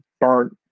burnt